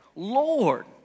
Lord